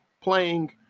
playing